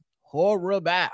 horrible